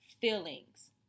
feelings